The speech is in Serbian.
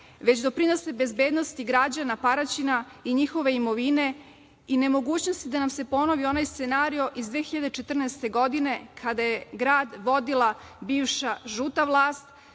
i modernizovali našeg grada Paraćina i njihove imovine i nemogućnost da nam se ponovi onaj scenario iz 2014. godine kada je grad vodila bivša žuta vlast,